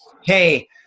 Hey